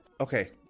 okay